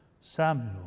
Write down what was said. Samuel